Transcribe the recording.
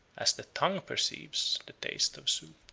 as the tongue perceives the taste of soup.